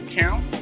count